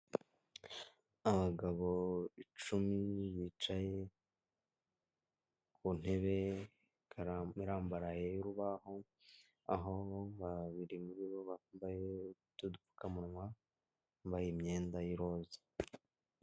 Abagabo icumi bicaye ku ntebe yarambaraye y’urubaho, aho babiri muri bo bambaye udupfukamunwa, bambaye imyenda y’roza.